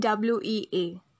WEA